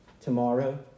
tomorrow